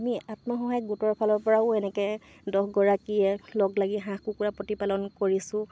আমি আত্মসহায়ক গোটৰফালৰপৰাও এনেকৈ দহগৰাকীয়ে লগ লাগি হাঁহ কুকুৰা প্ৰতিপালন কৰিছোঁ